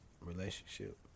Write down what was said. relationship